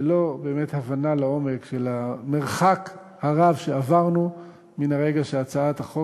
ולא באמת הבנה לעומק של המרחק הרב שעברנו מן הרגע שהצעת החוק